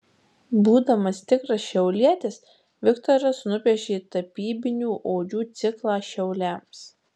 būdamas tikras šiaulietis viktoras nupiešė tapybinių odžių ciklą šiauliams